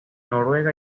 noruega